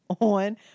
on